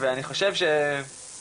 אני חושב שבתיזמון,